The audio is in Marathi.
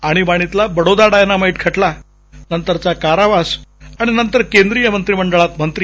आणीबाणीतला बडोदा डायनामाईट खटला कारावास आणि नंतर केंद्रीय मंत्रिंडळात मंत्री